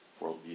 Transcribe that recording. worldview